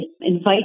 invite